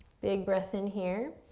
big breath in here,